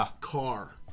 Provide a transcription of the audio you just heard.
Car